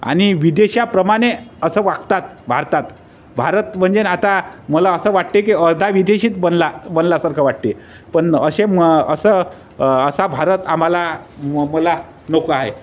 आणि विदेशाप्रमाणे असं वागतात भारतात भारत म्हणजे ना आता मला असं वाटते की अर्धा विदेशीत बनला बनलासारखं वाटते पण असे म असं असा भारत आम्हाला म मला नको आहे